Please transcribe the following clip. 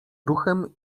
ruchem